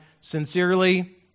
Sincerely